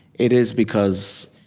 it is because,